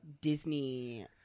Disney